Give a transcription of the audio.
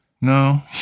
no